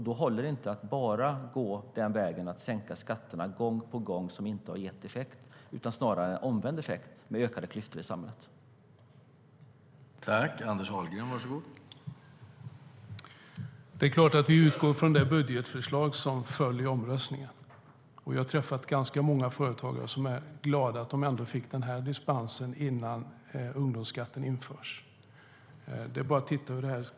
Då håller det inte att bara sänka skatterna gång på gång, vilket snarare har gett en omvänd effekt, med ökade klyftor i samhället.